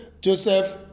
Joseph